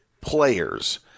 players